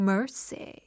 Mercy